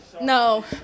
No